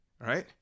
right